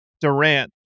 Durant